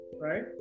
right